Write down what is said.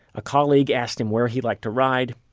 a colleague asked him where he liked to ride.